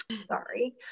Sorry